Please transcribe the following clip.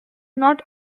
not